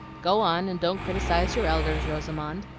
go on, and don't criticise your elders, rosamond.